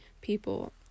people